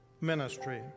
ministry